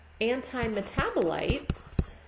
Antimetabolites